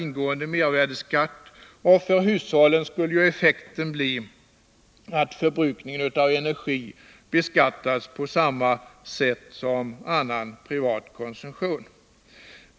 ingående mervärdeskatt, och för hushållen skulle effekten bli att förbrukningen av energi beskattas på samma sätt som annan privat konsumtion.